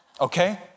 Okay